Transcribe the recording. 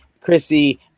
Chrissy